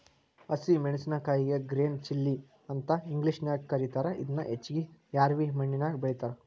ಹಸಿ ಮೆನ್ಸಸಿನಕಾಯಿಗೆ green chilli ಅಂತ ಇಂಗ್ಲೇಷನ್ಯಾಗ ಕರೇತಾರ, ಇದನ್ನ ಹೆಚ್ಚಾಗಿ ರ್ಯಾವಿ ಮಣ್ಣಿನ್ಯಾಗ ಬೆಳೇತಾರ